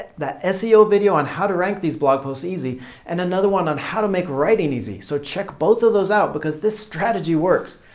that ah seo video on how to rank these blog posts easy and another one on how to make writing easy, so check both of those out because this strategy works.